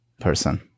person